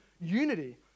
unity